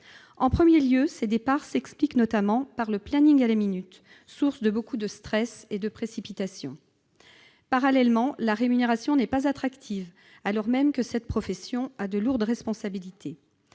En premier lieu, ces départs s'expliquent notamment par le planning à la minute, source de beaucoup de stress et de précipitation. Parallèlement, la rémunération n'est pas attractive, alors même que ces professionnels ont de lourdes responsabilités.